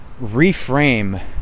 reframe